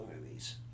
movies